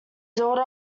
daughter